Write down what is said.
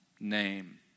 name